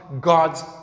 God's